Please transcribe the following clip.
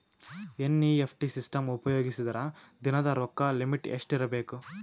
NEFT system ಉಪಯೋಗಿಸಿದರ ದಿನದ ರೊಕ್ಕದ ಲಿಮಿಟ್ ಎಷ್ಟ ಇರಬೇಕು?